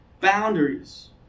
boundaries